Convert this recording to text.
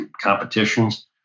competitions